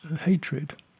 hatred